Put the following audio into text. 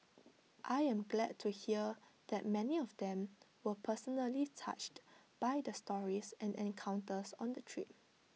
I am glad to hear that many of them were personally touched by the stories and encounters on the trip